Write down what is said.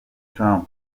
trump